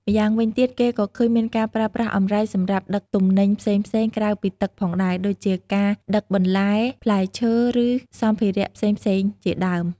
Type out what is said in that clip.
ម្យ៉ាងវិញទៀត គេក៏ឃើញមានការប្រើប្រាស់អម្រែកសម្រាប់ដឹកទំនិញផ្សេងៗក្រៅពីទឹកផងដែរ ដូចជាការដឹកបន្លែ ផ្លែឈើ ឬសម្ភារៈផ្សេងៗជាដើម។